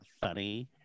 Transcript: funny